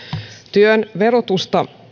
työn verotusta